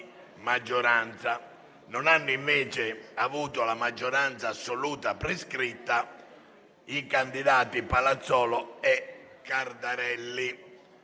Non hanno invece avuto la maggioranza assoluta prescritta i candidati Palazzolo e Cardarelli.